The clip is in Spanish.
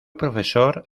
profesor